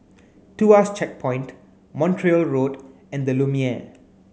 Tuas Checkpoint Montreal Road and The Lumiere